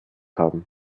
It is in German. haben